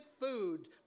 food